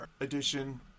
edition